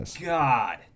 God